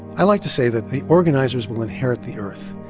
i like to say that the organizers will inherit the earth.